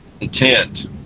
intent